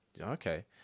Okay